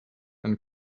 and